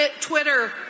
Twitter